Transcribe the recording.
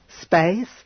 space